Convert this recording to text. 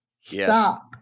Stop